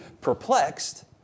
perplexed